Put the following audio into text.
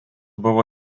buvo